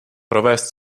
provést